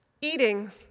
Eating